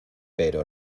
pero